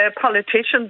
politicians